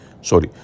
Sorry